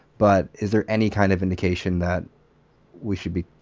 but is there any kind of indication that we should be